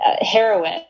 heroine